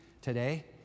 today